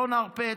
לא נרפה.